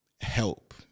help